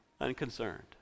unconcerned